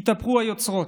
התהפכו היוצרות.